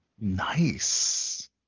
Nice